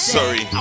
sorry